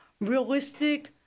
realistic